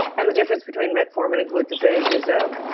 and the difference between metformin and glucophage is a